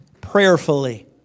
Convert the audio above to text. prayerfully